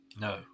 No